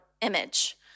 image